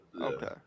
Okay